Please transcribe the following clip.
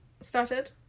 started